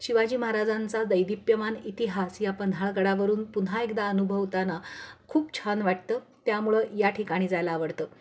शिवाजी महाराजांचा दैददीप्यमान इतिहास या पन्हाळगडावरून पुन्हा एकदा अनुभवताना खूप छान वाटतं त्यामुळं या ठिकाणी जायला आवडतं